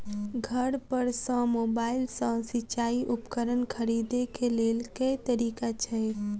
घर पर सऽ मोबाइल सऽ सिचाई उपकरण खरीदे केँ लेल केँ तरीका छैय?